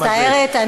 אני מצטערת.